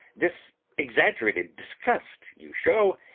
this exaggerated disgust you show,